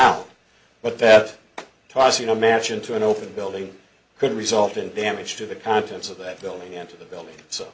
amount but that tossing a match into an open building could result in damage to the contents of that building into the building so